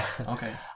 okay